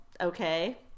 okay